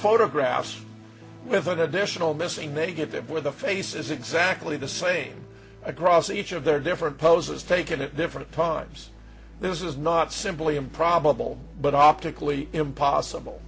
photographs with an additional missing negative with the face is exactly the same across each of their different poses taken at different times this is not simply improbable but optically impossible